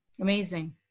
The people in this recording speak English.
amazing